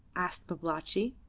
asked babalatchi,